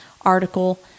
article